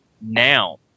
now